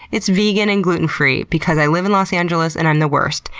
it's vegan and gluten free because i live in los angeles and i'm the worst,